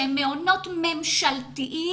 שהם מעונות ממשלתיים,